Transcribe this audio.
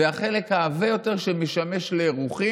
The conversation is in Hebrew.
זה החלק העבה יותר שמשמש לאירוח.